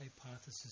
hypothesis